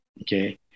Okay